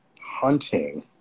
hunting